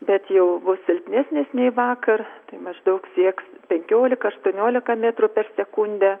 bet jau bus silpnesnis nei vakar maždaug sieks penkiolika aštuoniolika metrų per sekundę